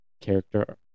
character